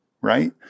right